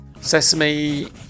sesame